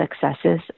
successes